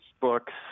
books